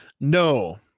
No